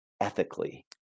ethically